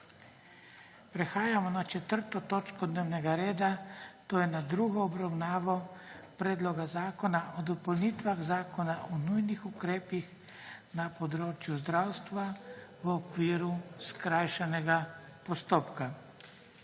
prekinjeno 4. točko dnevnega reda, to je s tretjo obravnavo Predloga zakona o dopolnitvah Zakona o nujnih ukrepih na področju zdravstva v okviru skrajšanega postopka.